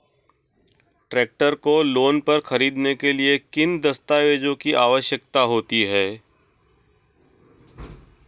Tractor को loan पर खरीदने के लिए किन दस्तावेज़ों की आवश्यकता होती है?